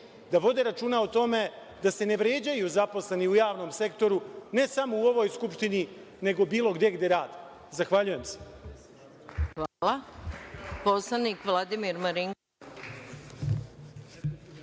da vode računa o tome da se ne vređaju zaposleni u javnom sektoru, ne samo u ovoj Skupštini, nego bilo gde gde rade. Zahvaljujem. **Maja Gojković** Reč ima narodni